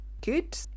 Good